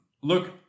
Look